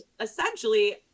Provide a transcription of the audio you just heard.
essentially